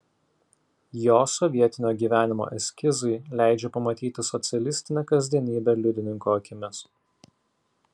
jo sovietinio gyvenimo eskizai leidžia pamatyti socialistinę kasdienybę liudininko akimis